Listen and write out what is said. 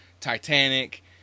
titanic